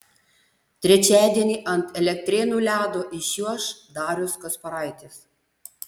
trečiadienį ant elektrėnų ledo iščiuoš darius kasparaitis